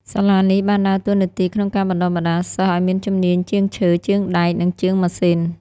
សាលានេះបានដើរតួនាទីក្នុងការបណ្ដុះបណ្ដាលសិស្សឱ្យមានជំនាញជាងឈើ ជាងដែក និងជាងម៉ាស៊ីន។